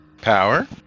Power